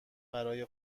برای